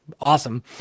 Awesome